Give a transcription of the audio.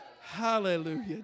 Hallelujah